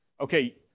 okay